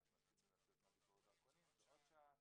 עד שמספיקים לצאת מביקורת הדרכונים זה עוד שעה,